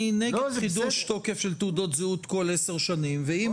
אני נגד חידוש תוקף של תעודות זהות כל 10 שנים ואם